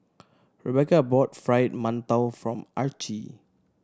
Rebeca brought Fried Mantou form Archie